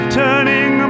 turning